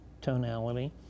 tonality